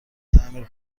تعمیر